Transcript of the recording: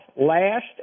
last